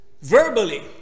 verbally